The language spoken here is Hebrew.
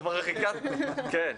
כן.